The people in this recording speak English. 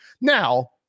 now